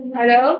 Hello